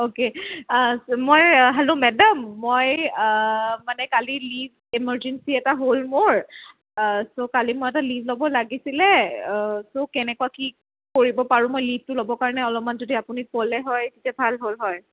okay মই hello madam মই মানে কালি লীভ এমাৰ্জেঞ্চি এটা হ'ল মোৰ চ' কালি মই এটা লীভ ল'ব লাগিছিলে অহ চ' কেনেকুৱা কি কৰিব পাৰো মই লীভটো ল'ব পাৰোনে অলপমান যদি আপুনি ক'লে হয় তেতিয়া ভাল হ'ল হয়